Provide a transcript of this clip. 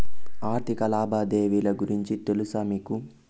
ఆర్థిక లావాదేవీల గురించి తెలుసా మీకు